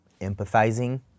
empathizing